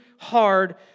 hard